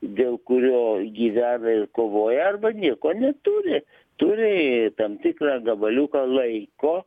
dėl kurio gyvena ir kovoja arba nieko neturi turi tam tikrą gabaliuką laiko